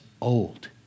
old